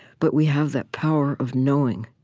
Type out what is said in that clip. but we have that power of knowing,